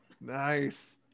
Nice